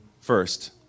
first